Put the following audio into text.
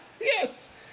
Yes